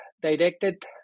directed